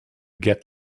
get